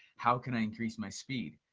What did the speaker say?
how can i increase my speed?